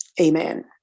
Amen